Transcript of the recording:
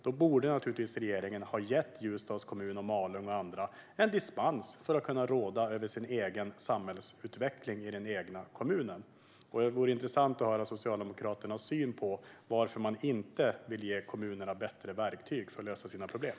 Då borde naturligtvis regeringen ha gett Ljusdals kommun, Malung och andra en dispens för att kunna råda över sin egen samhällsutveckling i den egna kommunen. Det vore intressant att höra Socialdemokraternas syn på detta. Varför vill man inte ge kommunerna bättre verktyg för att lösa sina problem?